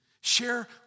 share